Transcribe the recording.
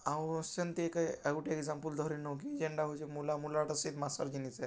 ଆଉ ସେନ୍ତି ଏକା ଆଉଗୁଟେ ଏକ୍ସାମ୍ପଲ୍ ଧରିନେଉଁ କି ଯେନ୍ଟା ହେଉଛେ ମୂଲା ମୂଲା ତ ଶୀତ୍ ମାସ୍ର ଜିନିଷ୍ ଆଏ